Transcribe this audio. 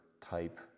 type